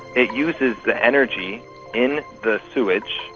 it uses the energy in the sewage,